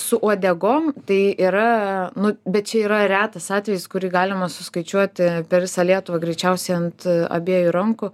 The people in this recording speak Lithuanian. su uodegom tai yra nu bet čia yra retas atvejis kurį galima suskaičiuoti per visą lietuvą greičiausiai ant abiejų rankų